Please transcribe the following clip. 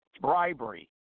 bribery